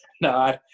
no